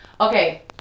Okay